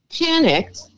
panicked